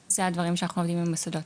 אז, אלו הדברים שאנחנו עובדים עם מוסדות.